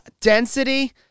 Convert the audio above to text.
Density